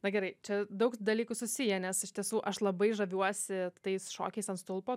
na gerai čia daug dalykų susiję nes iš tiesų aš labai žaviuosi tais šokiais ant stulpo